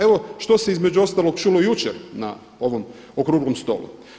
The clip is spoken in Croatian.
Evo što se između ostalog čulo jučer na ovom okruglom stolu.